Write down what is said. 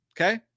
okay